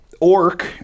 orc